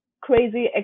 crazy